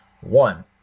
one